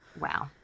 Wow